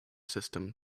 system